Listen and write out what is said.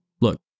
Look